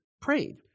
prayed